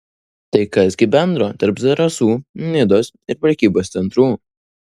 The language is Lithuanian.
tai kas gi bendro tarp zarasų nidos ir prekybos centrų